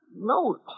No